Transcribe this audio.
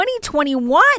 2021